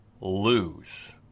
lose